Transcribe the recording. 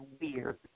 weird